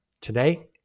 Today